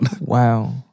Wow